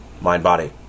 mind-body